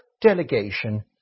delegation